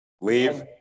leave